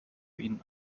ihnen